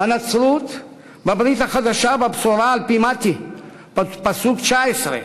בנצרות, בברית החדשה, בבשורה על-פי מתי, פסוק 19,